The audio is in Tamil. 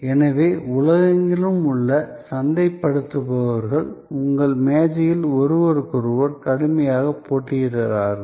எனவே உலகெங்கிலும் உள்ள சந்தைப்படுத்துபவர்கள் உங்கள் மேஜையில் ஒருவருக்கொருவர் கடுமையாக போட்டியிடுகிறார்கள்